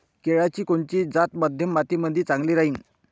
केळाची कोनची जात मध्यम मातीमंदी चांगली राहिन?